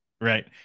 Right